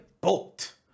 Bolt